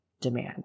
demand